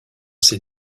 ces